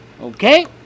Okay